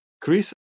Chris